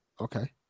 okay